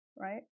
right